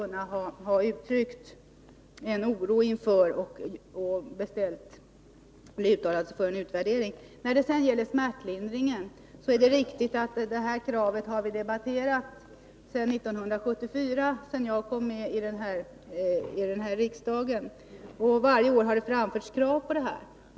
När det gäller smärtlindringen är det riktigt att vi har debatterat detta krav sedan 1974, sedan jag kom med i riksdagen. Varje år har det framförts krav på detta.